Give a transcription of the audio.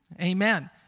Amen